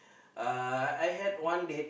uh I I had one date